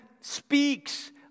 speaks